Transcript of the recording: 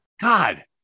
God